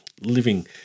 living